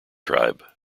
tribe